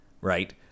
right